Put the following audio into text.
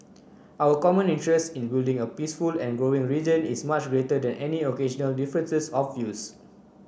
our common interest in building a peaceful and growing region is much greater than any occasional differences of views